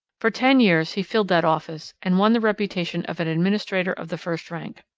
for ten years he filled that office and won the reputation of an administrator of the first rank.